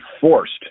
forced